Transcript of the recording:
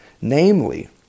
namely